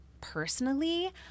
personally